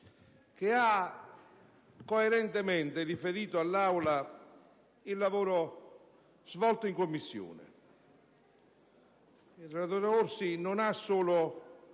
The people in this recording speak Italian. che ha coerentemente riferito all'Aula il lavoro svolto in Commissione. Il relatore Orsi non ha solo